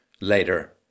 later